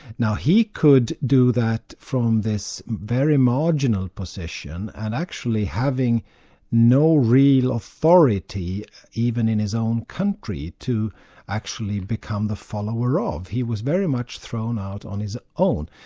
now he could do that from this very marginal position, and actually having no real authority even in his own country to actually become the follower of he was very much thrown out on his own.